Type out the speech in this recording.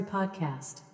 podcast